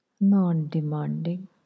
non-demanding